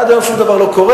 ועד היום שום דבר לא קורה.